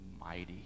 mighty